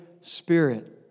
Spirit